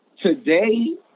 Today